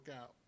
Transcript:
out